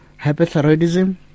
hyperthyroidism